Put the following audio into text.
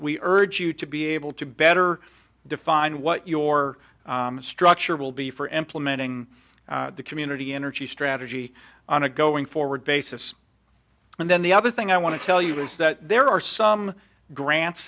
we urge you to be able to better define what your structure will be for employment ng the community energy strategy on a going forward basis and then the other thing i want to tell you is that there are some grants